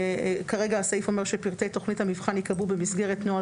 כרגע הסעיף אומר שפרטי תוכנית המבחן ייקבעו במסגרת נוהל